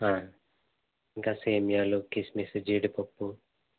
ఇంకా సేమ్యాలు కిస్మిస్ జీడిపప్పు